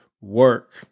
work